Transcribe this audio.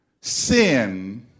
sin